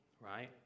right